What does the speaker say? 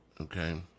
Okay